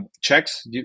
checks